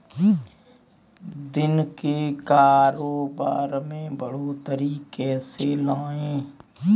दिन के कारोबार में बढ़ोतरी कैसे लाएं?